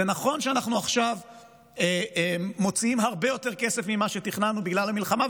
זה נכון שאנחנו עכשיו מוציאים הרבה יותר כסף ממה שתכננו בגלל המלחמה,